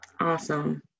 Awesome